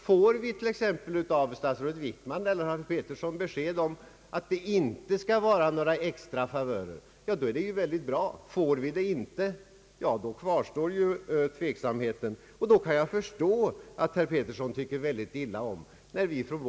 Får vi av statsrådet Wickman eller herr Petersson besked om att det inte skall vara några extra favörer, så är det bra. Får vi inte det beskedet, kvarstår tveksamhe ten, och då kan jag förstå att herr Peterson tycker illa om att vi begär preciseringar.